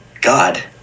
God